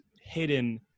hidden